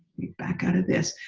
we back out of this.